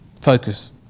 focus